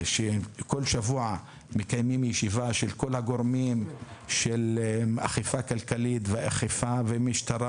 שכל שבוע מקיימים ישיבה של כל הגורמים של אכיפה כלכלית ומשטרה